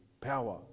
power